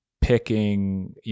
picking